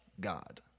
God